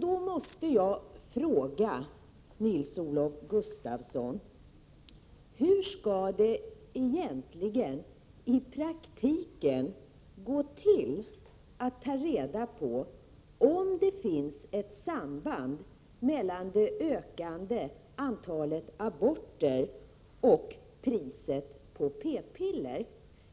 Då måste jag fråga, Nils-Olof Gustafsson: Hur skall det gå till i praktiken att ta reda på om det finns ett samband mellan det ökande antalet aborter och priset på p-piller?